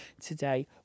today